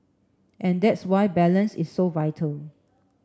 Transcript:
and that's why balance is so vital